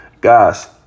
Guys